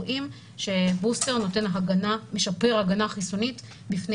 אנחנו רואים שבוסטר משפר הגנה חיסונית מפני